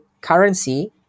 currency